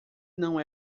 não